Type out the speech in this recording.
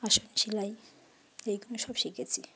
আসন সেলাই এই গুলো সব শিখেছি